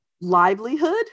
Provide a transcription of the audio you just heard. livelihood